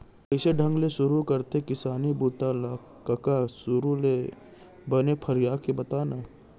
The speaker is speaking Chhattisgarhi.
कइसे ढंग ले सुरू करथे किसानी बूता ल कका? सुरू ले बने फरिया के बता न